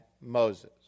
Moses